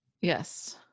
Yes